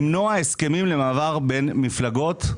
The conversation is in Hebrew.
למנוע הסכמים למעבר בין מפלגות,